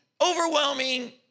overwhelming